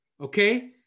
okay